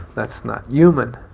that's not human.